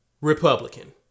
Republican